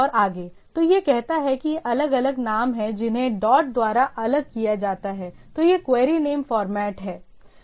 तो यह कहता है कि ये अलग अलग नाम हैं जिन्हें डॉट द्वारा अलग किया जाता है तो यह क्वेरी नेम फॉर्मेट है